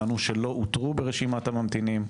נענו שלא אותרו ברשימת הממתינים,